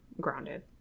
grounded